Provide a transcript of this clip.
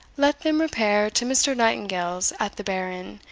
let them repair to mr. nightingale's at the bear inn,